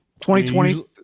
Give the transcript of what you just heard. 2020